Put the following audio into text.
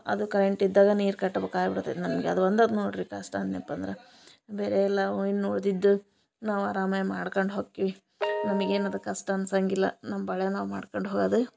ಅದು ಕರೆಂಟಿದ್ದಾಗ ನೀರು ಕಟ್ಬೇಕು ಆಗ್ಬಿಡ್ತೈತಿ ನಮಗೆ ಅದು ಒಂದಾತು ನೋಡ್ರಿ ಕಷ್ಟ ಅನ್ಯಪ್ಪ ಅಂದರ ಬೇರೆ ಎಲ್ಲ ಇನ್ನು ಉಳ್ದಿದ್ದ ನಾವು ಅರಾಮಾಯಿ ಮಾಡ್ಕಂಡು ಹೊಕ್ಕೇವಿ ನಮ್ಗೆ ಏನದು ಕಷ್ಟ ಅನ್ಸಂಗಿಲ್ಲ ನಮ್ಮ ಪಾಡಿಗೆ ನಾವು ಮಾಡ್ಕಂಡು ಹೋಗದ